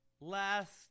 last